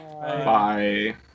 Bye